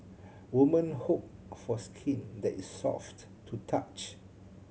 woman hope for skin that is soft to the touch